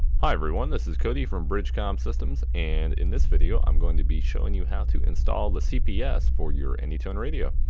hi everyone, this is cody from bridgecom systems and in this video i'm going to be showing you how to install the cps for your anytone radio.